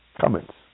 Comments